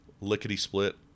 lickety-split